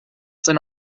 seine